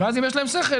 אז אם יש להם שכל,